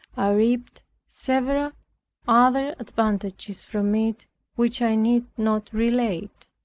i reaped several other advantages from it which i need not relate,